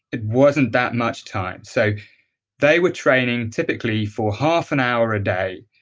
it wasn't that much time. so they were training typically for half an hour a day.